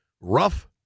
rough